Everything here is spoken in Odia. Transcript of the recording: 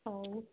ହଉ